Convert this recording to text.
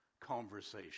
conversation